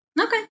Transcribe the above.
Okay